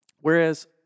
Whereas